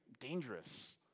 dangerous